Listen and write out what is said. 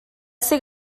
ser